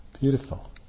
Beautiful